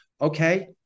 Okay